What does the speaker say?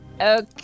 Okay